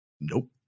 Nope